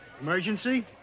Emergency